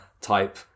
type